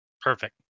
Perfect